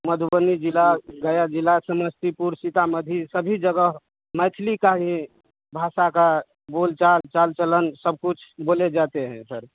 मधुबनी जिला गया जिला समस्तीपुर सीतामढ़ी सभी जगह मैथिली का ही भाषा का बोलचाल चाल चलन सब कुछ बोले जाते हैं सर